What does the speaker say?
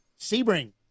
Sebring